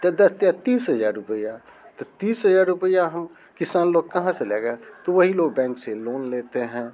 तो दस तिया तीस हजार रुपया तो तीस हजार रुपया हम किसान लोग कहाँ से लाएगा तो वही लोग बैंक से लोन लेते हैं